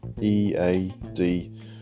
E-A-D